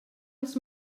els